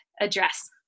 address